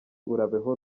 urabeho